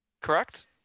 Correct